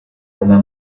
una